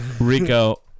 Rico